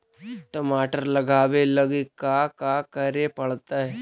टमाटर लगावे लगी का का करये पड़तै?